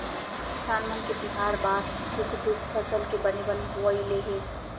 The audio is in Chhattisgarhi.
किसान मन के तिहार बार सुख दुख फसल के बने बने होवई ले हे